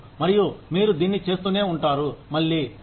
మరియు మీరు దీన్ని చేస్తూనే ఉంటారు మళ్ళీ మళ్ళీ